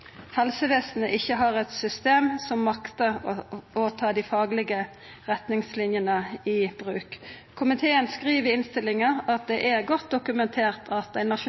helsevesenet ikkje har eit system som maktar å ta dei faglege retningslinjene i bruk. Komiteen skriv i innstillinga at det er godt dokumentert at